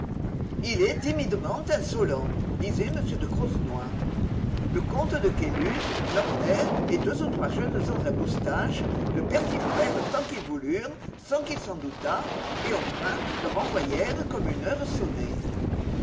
il est timidement insolent disait m de croisenois le comte de caylus norbert et deux ou trois jeunes gens à moustaches le persiflèrent tant qu'ils voulurent sans qu'il s'en doutât et enfin le renvoyèrent comme une heure sonnait